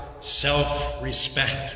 self-respect